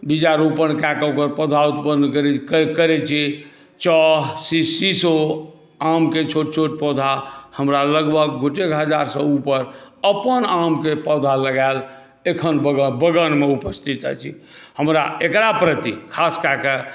बीजारोपण कऽ कऽ ओकर पौधा उत्पन्न करै छी चह शीशो आमके छोट छोट पौधा हमरा लगभग गोटेक हज़ारसँ ऊपर अपन आमके पौधा लगाएल एखन बग़ानमे उपस्थित अछि हमरा एक़रा प्रति ख़ास कऽ कऽ